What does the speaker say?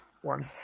one